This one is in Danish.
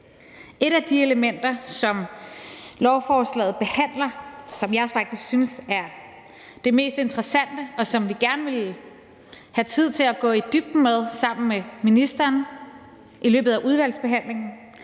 Et af de elementer, som lovforslaget behandler, som jeg faktisk synes er det mest interessante, og som vi gerne vil have tid til at gå i dybden med sammen med ministeren i løbet af udvalgsbehandlingen,